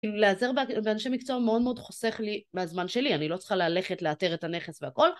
כאילו לעזר ב.. באנשי מקצוע מאוד מאוד חוסך לי מהזמן שלי, אני לא צריכה ללכת לאתר את הנכס והכל